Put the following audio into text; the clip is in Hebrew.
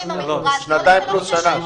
שנתיים פלוס שנה.